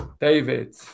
David